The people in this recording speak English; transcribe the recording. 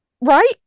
right